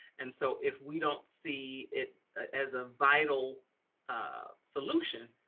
and so if we don't see it as a vital solution,